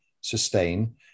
sustain